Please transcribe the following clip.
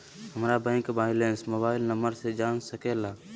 हमारा bank balance mobile number से जान सके ला?